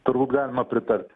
turbūt galima pritarti